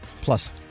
Plus